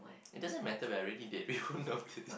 it doesn't matter we are already dead we wouldn't notice